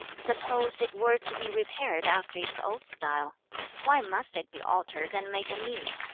suppose it were to be repaired after its old style why must it be altered and made anew